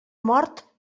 mort